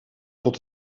tot